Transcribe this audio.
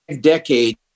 decade